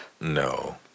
No